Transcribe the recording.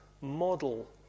model